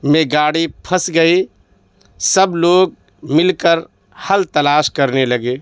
میں گاڑی پھنس گئی سب لوگ مل کر حل تلاش کرنے لگے